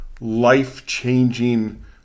life-changing